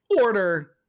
Order